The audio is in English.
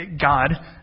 God